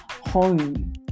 home